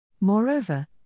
Moreover